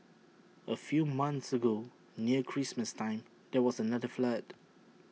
A few months ago near Christmas time there was another flood